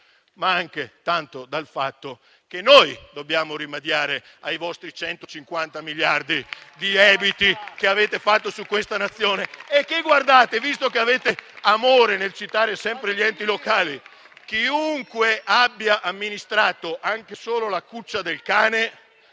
anche tanto dal fatto che noi dobbiamo rimediare ai 150 miliardi di debiti che avete fatto su questa Nazione. *(Applausi. Commenti).* Guardate, visto che avete amore nel citare sempre gli enti locali, chiunque abbia amministrato anche solo la cuccia del cane,